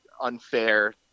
unfair